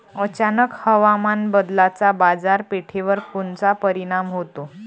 अचानक हवामान बदलाचा बाजारपेठेवर कोनचा परिणाम होतो?